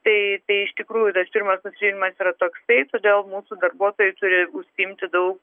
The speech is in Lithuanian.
tai iš tikrųjų tas pirmas nusivylimas yra toksai todėl mūsų darbuotojai turi užsiimti daug